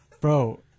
Bro